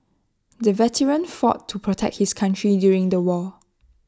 the veteran fought to protect his country during the war